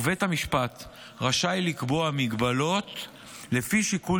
ובית המשפט רשאי לקבוע מגבלות לפי שיקול